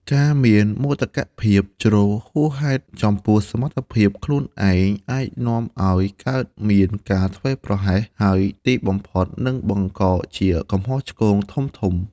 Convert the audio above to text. ការមានមោទកភាពជ្រុលហួសហេតុចំពោះសមត្ថភាពខ្លួនឯងអាចនាំឱ្យកើតមានការធ្វេសប្រហែស ហើយទីបំផុតនឹងបង្កជាកំហុសឆ្គងធំៗ។